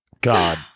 God